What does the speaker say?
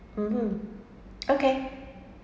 (uh huh) okay